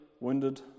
Wounded